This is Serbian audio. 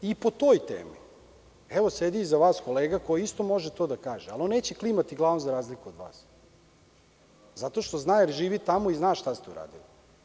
Evo, sedi iza vas kolega koji isto može to da kaže, ali on neće klimati glavom, za razliku od vas, zato što zna, jer živi tamo i zna šta ste uradili.